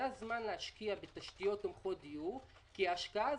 זה הזמן להשקיע בתשתיות תומכות דיור כי ההשקעה הזאת,